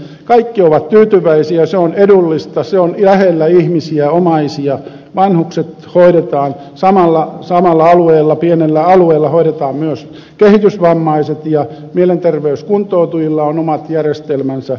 kaikki ovat tyytyväisiä se on edullista se on lähellä ihmisiä omaisia vanhukset hoidetaan samalla alueella pienellä alueella hoidetaan myös kehitysvammaiset ja mielenterveyskuntoutujilla on omat järjestelmänsä